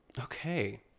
Okay